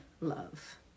love